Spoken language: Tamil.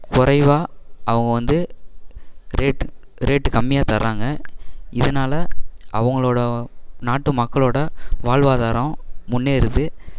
குறைவாக அவங்க வந்து ரேட்டு ரேட்டு கம்மியாக தராங்க இதனால் அவர்களோட நாட்டு மக்களோட வாழ்வாதாரம் முன்னேறுது